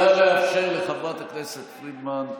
נא לאפשר לחברת הכנסת פרידמן,